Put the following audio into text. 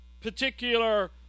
particular